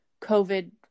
COVID